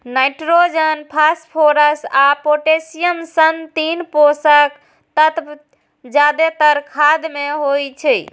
nitrogen, phosphorus आ potassium सन तीन पोषक तत्व जादेतर खाद मे होइ छै